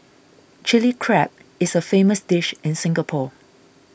Chilli Crab is a famous dish in Singapore